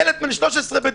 ילד בן 13 בדימונה,